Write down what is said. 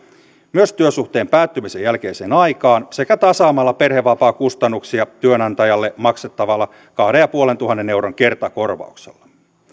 myös työsuhteen päättymisen jälkeiseen aikaan sekä tasaamalla perhevapaakustannuksia työnantajalle maksettavalla kahdentuhannenviidensadan euron kertakorvauksella